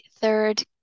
third